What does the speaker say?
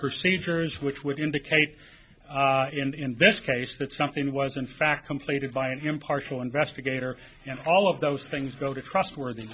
procedures which would indicate and invest case that something was in fact completed by an impartial investigator and all of those things go to trustworthy